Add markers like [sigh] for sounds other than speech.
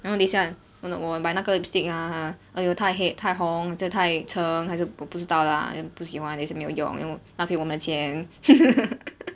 然后等下我把那个 lipstick !huh! !huh! !aiyo! 太黑太红这太橙还是我不知道啦 then 不喜欢也是没有用 then 我浪费我们的钱 [laughs]